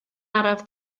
araf